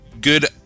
good